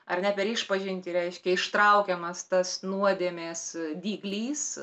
ar ne per išpažntį reiškia ištraukiamas tas nuodėmės dyglys